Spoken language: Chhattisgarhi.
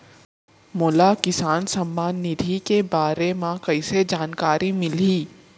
मोला किसान सम्मान निधि के बारे म कइसे जानकारी मिलही?